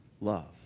love